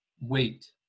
Wait